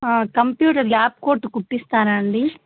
computer lab coat కుట్టిస్తారా అండి